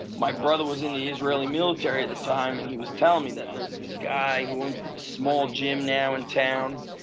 my brother was in the israeli military at the time and he was telling me that there was this guy who owns a small gym now in town.